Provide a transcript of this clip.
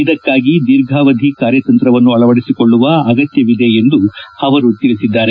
ಇದಕ್ಕಾಗಿ ದೀರ್ಘಾವಧಿ ಕಾರ್ಯತಂತ್ರವನ್ನು ಅಳವಡಿಸಿಕೊಳ್ಳುವ ಅಗತ್ತವಿದೆ ಎಂದು ಅವರು ತಿಳಿಸಿದ್ದಾರೆ